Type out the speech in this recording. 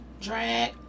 drag